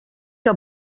que